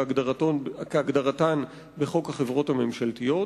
כהגדרתן בחוק החברות הממשלתיות,